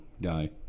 guy